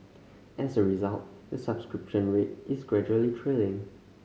as a result the subscription rate is gradually trailing